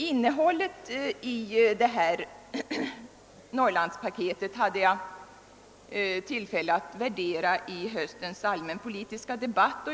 Innehållet i Norrlandspaketet hade jag tillfälle att värdera i höstens allmänpolitiska debatt.